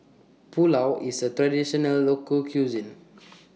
Pulao IS A Traditional Local Cuisine